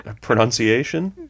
pronunciation